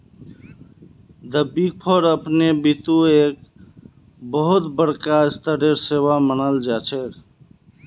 द big four अपने बितु एक बहुत बडका स्तरेर सेवा मानाल जा छेक